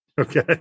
Okay